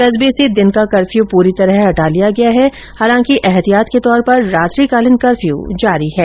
कस्बे से दिन का कर्फ्यू पूरी तरह हटा लिया गया है हालांकि ऐहर्तिहात के तौर पर रात्रिकालीन कर्फ्यू जारी है